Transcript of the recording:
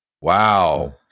Wow